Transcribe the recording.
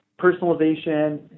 personalization